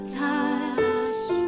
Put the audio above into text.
touch